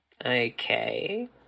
Okay